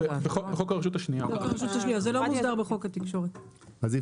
בחוק הרשות השנייה, זה לא מוסדר בחוק התקשורת.